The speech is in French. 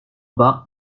bas